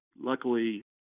luckily